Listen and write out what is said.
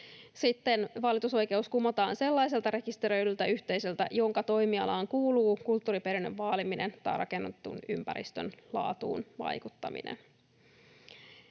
Sitten valitusoikeus kumotaan sellaiselta rekisteröidyltä yhteisöltä, jonka toimialaan kuuluu kulttuuriperinnön vaaliminen tai rakennetun ympäristön laatuun vaikuttaminen.